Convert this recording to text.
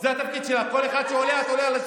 אל תפנה אליי, אדוני.